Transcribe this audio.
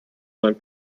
seinen